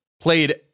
played